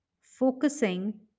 focusing